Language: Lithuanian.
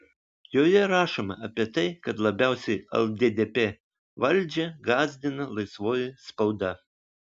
joje rašoma apie tai kad labiausiai lddp valdžią gąsdina laisvoji spauda